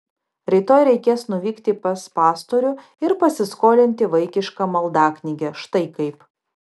rytoj reikės nuvykti pas pastorių ir pasiskolinti vaikišką maldaknygę štai kaip